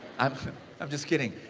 i'm kind of just kidding.